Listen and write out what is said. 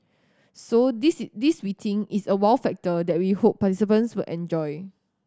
so this this we think is a wow factor that we hope participants will enjoy